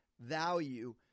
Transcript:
value